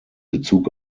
bezug